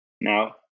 Now